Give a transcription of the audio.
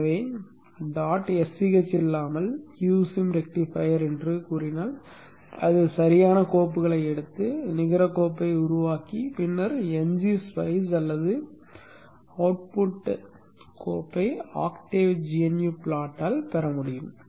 எனவே dot sch இல்லாமல் q sim rectifier என்று சொன்னால் அது சரியான கோப்புகளை எடுத்து நிகர கோப்பை உருவாக்கி பின்னர் n g spice அல்லது அவுட்புட் கோப்பை ஆக்டேவின் gnu ப்ளாட்டால் பெற முடியும்